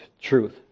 truth